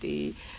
day